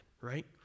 right